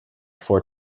four